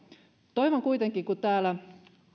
toivon kuitenkin kun täällä